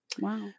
Wow